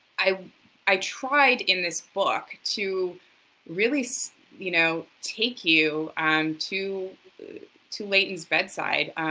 i i tried, in this book, to really, so you know, take you um to to layton's bedside,